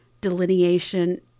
delineation